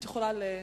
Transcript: את יכולה להתחיל.